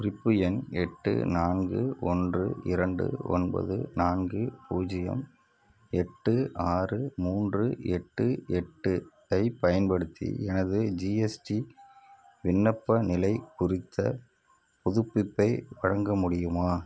குறிப்பு எண் எட்டு நான்கு ஒன்று இரண்டு ஒன்பது நான்கு பூஜ்ஜியம் எட்டு ஆறு மூன்று எட்டு எட்டு ஐப் பயன்படுத்தி எனது ஜிஎஸ்டி விண்ணப்ப நிலைக் குறித்த புதுப்பிப்பை வழங்க முடியுமா